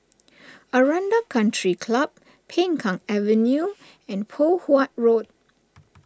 Aranda Country Club Peng Kang Avenue and Poh Huat Road